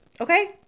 okay